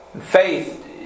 Faith